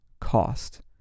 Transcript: cost